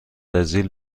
برزیل